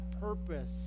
purpose